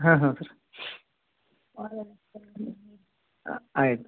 ಹಾಂ ಹಾಂ ಸರ್ ಹಾಂ ಆಯ್ತು